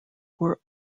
were